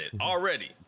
already